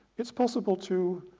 it's possible to